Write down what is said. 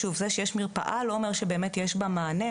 שוב זה שיש מרפאה לא אומר שבאמת יש בה מענה.